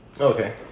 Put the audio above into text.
Okay